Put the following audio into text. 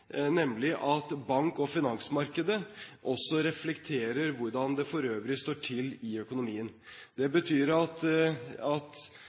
nemlig at bank- og finansmarkedet også reflekterer hvordan det for øvrig står til i økonomien. Det betyr at